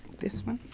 this one.